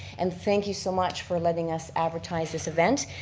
and thank you so much for letting us advertise this event.